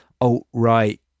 alt-right